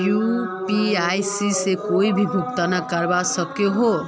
UPI से कोई भी भुगतान करवा सकोहो ही?